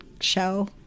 show